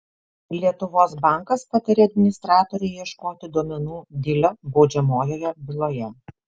lietuvos bankas patarė administratorei ieškoti duomenų dilio baudžiamojoje byloje